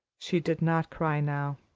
she did not cry now.